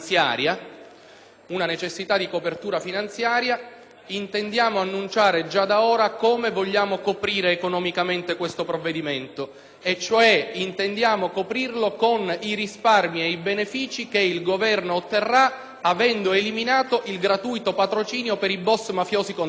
una necessità di copertura finanziaria, intendiamo annunciare già da ora come vogliamo coprire economicamente questo provvedimento e cioè con i risparmi e i benefici che il Governo otterrà avendo eliminato il gratuito patrocinio per i *boss* mafiosi condannati.